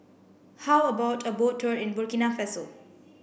how about a boat tour in Burkina Faso